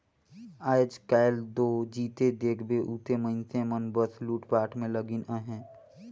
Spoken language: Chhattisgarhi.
आएज काएल दो जिते देखबे उते मइनसे मन बस लूटपाट में लगिन अहे